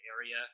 area